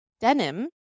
denim